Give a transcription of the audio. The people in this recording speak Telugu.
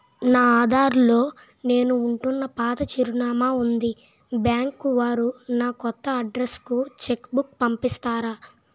నా ఆధార్ లో నేను ఉంటున్న పాత చిరునామా వుంది బ్యాంకు వారు నా కొత్త అడ్రెస్ కు చెక్ బుక్ పంపిస్తారా?